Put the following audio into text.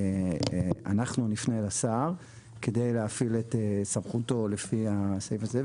אנחנו בעצם נפנה אל השר כדי להפעיל את סמכותו לפי הסעיף הזה,